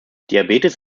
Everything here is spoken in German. diabetes